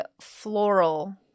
floral